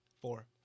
Four